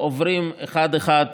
עוברים אחד-אחד